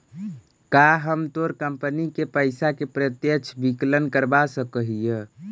का हम तोर कंपनी से पइसा के प्रत्यक्ष विकलन करवा सकऽ हिअ?